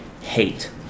hate